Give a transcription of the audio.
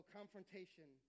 confrontation